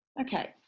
okay